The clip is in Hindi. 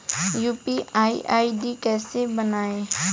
यू.पी.आई आई.डी कैसे बनाएं?